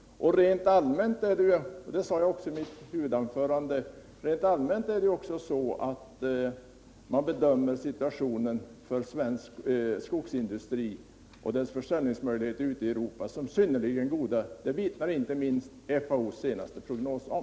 Rent allmänt är det också så att man bedömer svensk skogsindustris försäljningsmöjligheter ute i Europa som synnerligen goda — det vittnar inte minst FAO:s senaste prognos om.